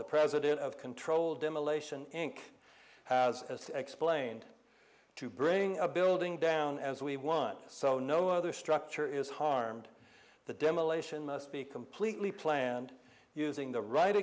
the president of controlled demolition inc has explained to bring a building down as we want so no other structure is harmed the demolition must be completely planned using the ri